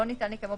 נגיף